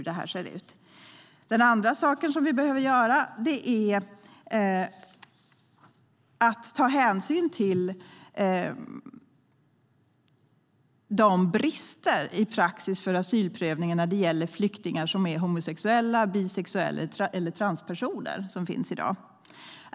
Det andra är att vi behöver ta hänsyn till dagens brister i praxis för asylprövning när det gäller flyktingar som är homosexuella, bisexuella eller transpersoner.